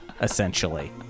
essentially